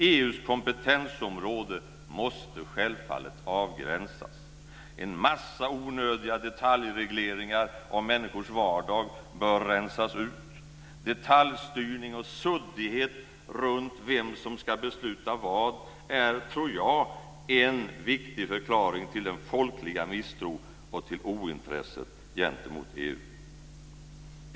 EU:s kompetensområde måste självfallet avgränsas. En massa onödiga detaljregleringar av människors vardag bör rensas ut. Detaljstyrning och suddighet runt vem som ska besluta vad är, tror jag, en viktig förklaring till den folkliga misstron och till ointresset gentemot EU.